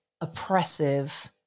oppressive